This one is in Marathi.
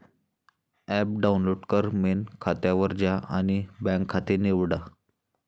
ॲप डाउनलोड कर, मेन खात्यावर जा आणि बँक खाते निवडा